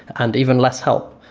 and even less help.